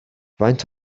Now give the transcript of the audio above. faint